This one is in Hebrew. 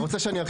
לא משנה.